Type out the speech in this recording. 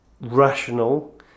rational